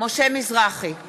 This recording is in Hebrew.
מצביע מרב מיכאלי,